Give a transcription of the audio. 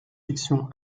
fiction